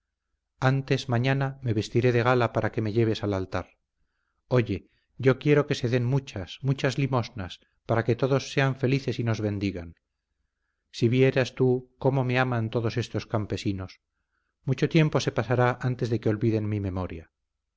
antes mañana me vestiré de gala para que me lleves al altar oye yo quiero que se den muchas muchas limosnas para que todos sean felices y nos bendigan si vieras tú cómo me aman todos estos campesinos mucho tiempo se pasará antes de que olviden mi memoria